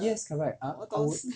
yes correct I I would